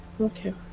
Okay